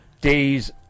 days